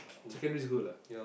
secondary school lah